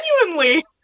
Genuinely